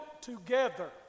together